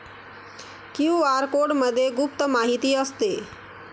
QR कोडमध्ये गुप्त माहिती असते